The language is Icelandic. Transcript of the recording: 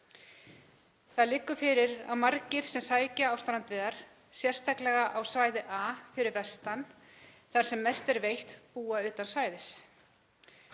Það liggur fyrir að margir sem sækja á strandveiðar, sérstaklega á svæði A fyrir vestan þar sem mest er veitt, búa utan svæðis.